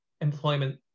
employment